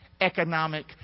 economic